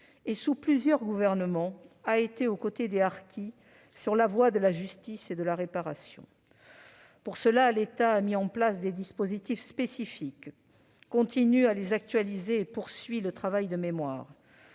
et sous plusieurs gouvernements, a été aux côtés des harkis sur la voie de la justice et de la réparation. À cette fin, l'État a mis en place des dispositifs spécifiques. Il continue à les actualiser et poursuit le travail de mémoire.